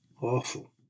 Awful